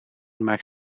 maakt